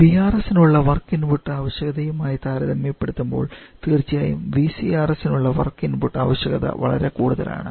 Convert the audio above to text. VARS നുള്ള work input ആവശ്യകതയുമായി താരതമ്യപ്പെടുത്തുമ്പോൾ തീർച്ചയായും VCRS നുള്ള വർക്ക് ഇൻപുട്ട് ആവശ്യകത വളരെ കൂടുതലാണ്